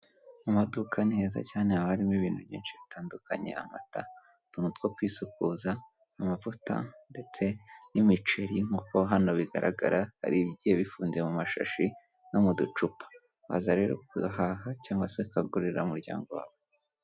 Mu maduka meza cyane haba harimo ibintu byinshi bitandukanye, amata utuntu two kwisukoza, amavuta, ndetse n'imiceri nkuko hano bigaragara hari ibigiye bifungiye mu mashashi no mu ducupa, waza rero ugahaha cyangwa se akagurira umuryango wawe.